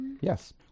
Yes